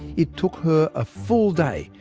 it took her a full day.